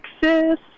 Texas